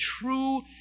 true